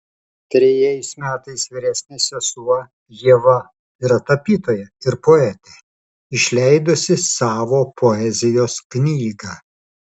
trejais metais vyresnė sesuo ieva yra tapytoja ir poetė išleidusi savo poezijos knygą